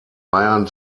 bayern